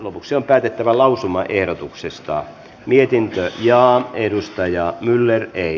lopuksi on päätettävä lausumaehdotuksesta vietiin serbiaan edustaja myller ei